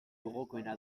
gogokoena